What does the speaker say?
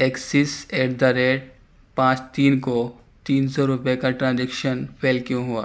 Axis at the rate پانچ تین کو تین سو روپئے کا ٹرانزیکشن فیل کیوں ہوا